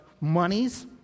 monies